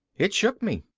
it shook me.